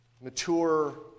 mature